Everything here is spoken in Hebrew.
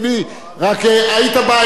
רק היית בא אלי ואומר לי,